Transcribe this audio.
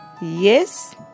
Yes